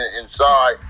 inside